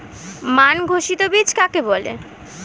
মান ঘোষিত বীজ কাকে বলে?